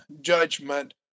judgment